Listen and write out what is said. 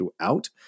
throughout